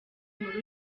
muri